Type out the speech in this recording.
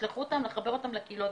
תשלחו אותם לחבר אותם לקהילות.